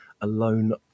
alone